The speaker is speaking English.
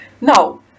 Now